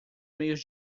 meios